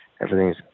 everything's